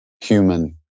human